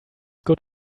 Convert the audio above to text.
good